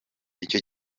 icyo